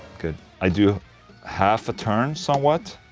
good. i do half a turn somewhat.